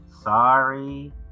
sorry